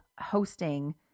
hosting